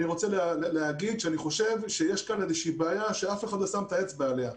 אני חושב שיש כאן בעיה שאף אחד לא שם את האצבע עליה,